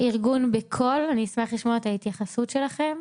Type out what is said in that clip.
ארגון בקול, אני אשמח לשמוע את ההתייחסות שלכם,